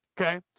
okay